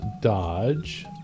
dodge